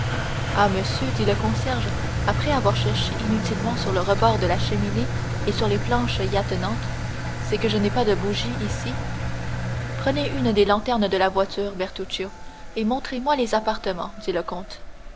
ah monsieur dit le concierge après avoir cherché inutilement sur le rebord de la cheminée et sur les planches y attenantes c'est que je n'ai pas de bougies ici prenez une des lanternes de la voiture bertuccio et montrez-moi les appartements dit le comte